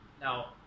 now